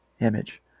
image